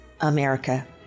America